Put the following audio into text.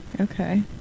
okay